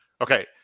Okay